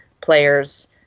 players